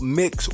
mix